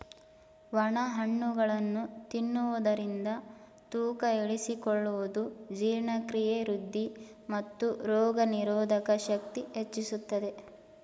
ಒಣ ಹಣ್ಣುಗಳನ್ನು ತಿನ್ನುವುದರಿಂದ ತೂಕ ಇಳಿಸಿಕೊಳ್ಳುವುದು, ಜೀರ್ಣಕ್ರಿಯೆ ವೃದ್ಧಿ, ಮತ್ತು ರೋಗನಿರೋಧಕ ಶಕ್ತಿ ಹೆಚ್ಚಿಸುತ್ತದೆ